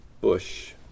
Bush